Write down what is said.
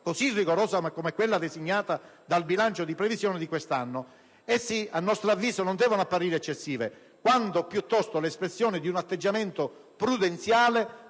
rigorosa come quella disegnata dal bilancio di previsione di quest'anno. Esse, a nostro avviso, non devono apparire eccessive, quanto piuttosto l'espressione di un atteggiamento prudenziale